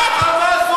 זה ה"חמאס".